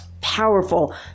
powerful